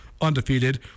undefeated